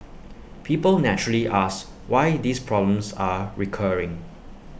people naturally ask why these problems are recurring